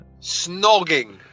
Snogging